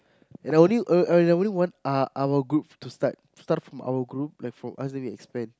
and I only I I only want uh our group to start from our group like from us then we expand